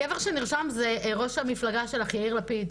הגבר שנרשם זה ראש המפלגה שלך, יאיר לפיד.